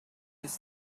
this